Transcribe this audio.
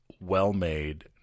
well-made